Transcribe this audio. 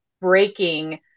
breaking